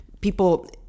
people